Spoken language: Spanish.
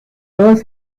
dos